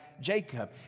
Jacob